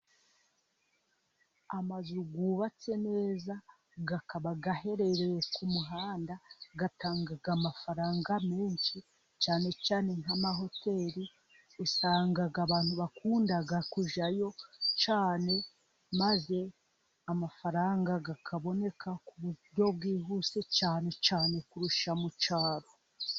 Amazu yubatse neza akaba aherereye ku muhanda, atanga amafaranga menshi cyane cyane nk'amahoteri, usanga abantu bakunda kujyayo cyane, maze amafaranga akaboneka ku buryo bwihuse cyane cyane kurusha mu cyaro.